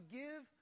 give